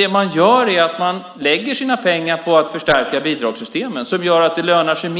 Det man i stället gör är att lägga sina pengar på att förstärka bidragssystemen, vilket gör att det lönar sig